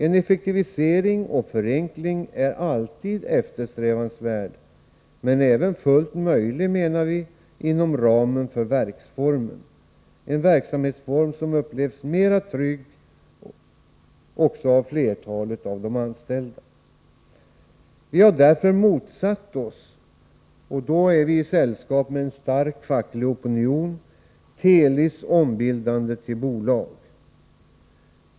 En effektivisering och förenkling är alltid eftersträvansvärd men även fullt möjlig, menar vi, inom ramen för verksformen — en verksamhetsform som upplevs mera trygg också av flertalet av de anställda. Vi motsätter oss därför — i likhet med en stark facklig opinion — Telis ombildande till bolag.